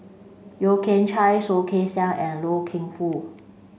Yeo Kian Chai Soh Kay Siang and Loy Keng Foo